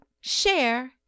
share